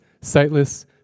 sightless